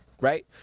right